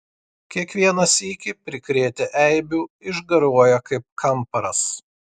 kiekvieną sykį prikrėtę eibių išgaruoja kaip kamparas